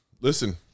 Listen